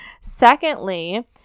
secondly